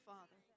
Father